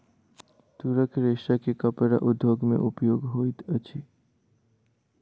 तूरक रेशा के कपड़ा उद्योग में उपयोग होइत अछि